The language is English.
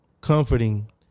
comforting